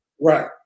Right